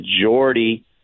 majority